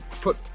put